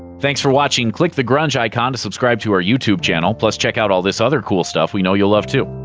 thanks for watching! click the grunge icon to subscribe to our youtube channel. plus, check out this other cool stuff we know you'll love too!